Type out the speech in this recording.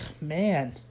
man